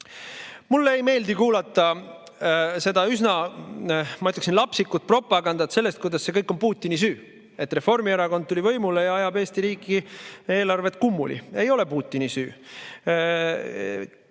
Mulle ei meeldi kuulata seda üsna, ma ütleksin, lapsikut propagandat selle kohta, kuidas see kõik on Putini süü. See, et Reformierakond tuli võimule ja ajab Eesti riigi eelarve kummuli, ei ole Putini süü.